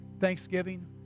Thanksgiving